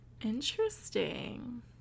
interesting